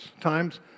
Time's